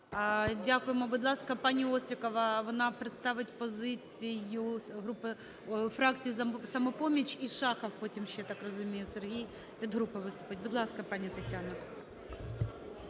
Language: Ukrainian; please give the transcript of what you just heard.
Дякуємо. Будь ласка, пані Острікова. Вона представить позицію групи, фракції "Самопоміч". І Шахов потім ще, так розумію, Сергій від групи виступить. Будь ласка, пані Тетяно.